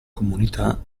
comunità